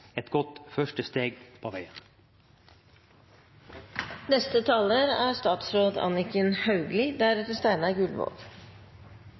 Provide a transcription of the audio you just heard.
et godt første steg på